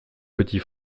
petit